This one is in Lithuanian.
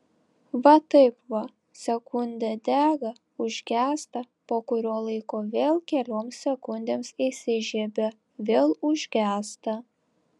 va taip va sekundę dega užgęsta po kurio laiko vėl kelioms sekundėms įsižiebia vėl užgęsta